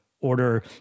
order